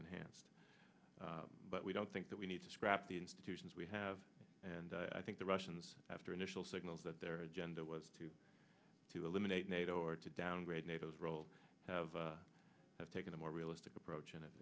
enhanced but we don't think that we need to scrap the institutions we have and i think the russians after initial signals that their agenda was to to eliminate nato or to downgrade nato is role have taken a more realistic approach and i